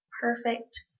perfect